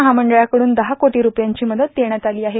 महामंडळाकडून दहा कोटी रुपयांची मदत देण्यात आली आहे